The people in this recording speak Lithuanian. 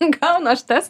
gaunu aš tas